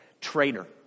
traitor